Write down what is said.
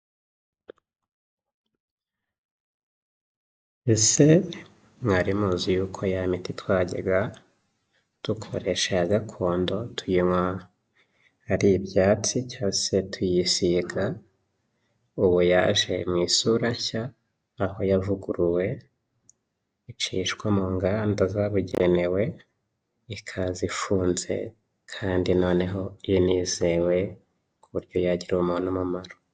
Ese mwari muzi y'uko ya miti twajyaga dukoresha ya gakondo tuyinywa ari ibyatsi cyangwa se tuyisiga, ubu yaje mu isuru nshya aho yavuguruwe icishwa mu nganda zagugenewe ikaza ifunze kandi noneho inizewe kuburyo yagirira umuntu umumaro.